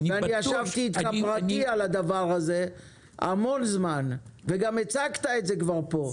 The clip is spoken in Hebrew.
ישבתי אתך על הדבר הזה המון זמן וגם הצגת את זה כבר פה.